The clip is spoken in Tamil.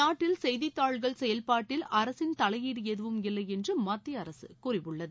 நாட்டில் செய்தி தாள்கள் செயல்பாட்டில் அரசின் தலையீடு எதுவும் இல்லை என்று மத்திய அரசு கூறியுள்ளது